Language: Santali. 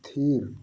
ᱛᱷᱤᱨ